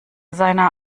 seiner